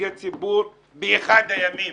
כנציגי ציבור באחד הימים.